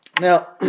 Now